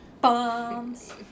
bombs